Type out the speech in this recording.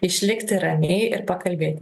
išlikti ramiai ir pakalbėti